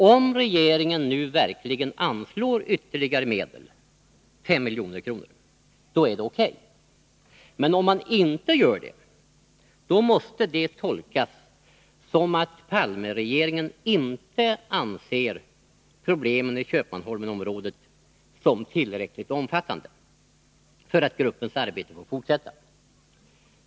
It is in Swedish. Om regeringen nu verkligen anslår ytterligare medel, 5 milj.kr., så är det O.K. Men om man inte gör det, måste det tolkas som att Palmeregeringen inte anser problemen i Köpmanholmenområdet som tillräckligt omfattande för att gruppens arbete skall få fortsätta.